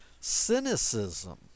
Cynicism